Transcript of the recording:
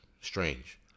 Strange